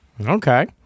Okay